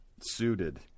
suited